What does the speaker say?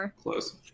close